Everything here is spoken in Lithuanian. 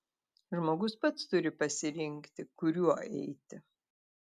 žmogus pats turi pasirinkti kuriuo eiti